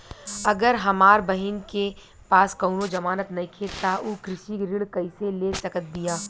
अगर हमार बहिन के पास कउनों जमानत नइखें त उ कृषि ऋण कइसे ले सकत बिया?